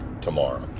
tomorrow